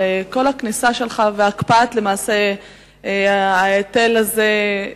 על כל הכניסה שלך ועל הקפאת ההיטל הזה,